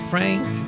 Frank